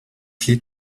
clear